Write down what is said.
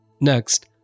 Next